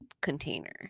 container